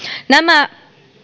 nämä